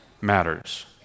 matters